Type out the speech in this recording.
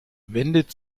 wendet